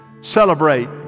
celebrate